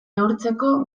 neurtzeko